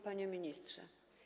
Panie Ministrze!